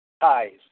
ties